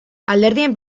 alderdien